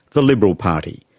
the liberal party.